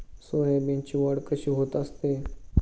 सोयाबीनची वाढ कशी होत असते?